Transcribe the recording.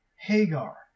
Hagar